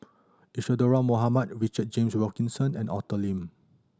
Isadhora Mohamed Richard James Wilkinson and Arthur Lim